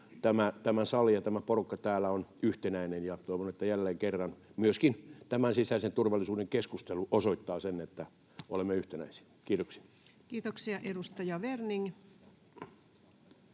tämä sali ja tämä porukka täällä on yhtenäinen. Toivon, että jälleen kerran myöskin tämä sisäisen turvallisuuden keskustelu osoittaa sen, että olemme yhtenäisiä. — Kiitoksia. Kiitoksia. — Edustaja Werning.